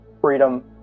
freedom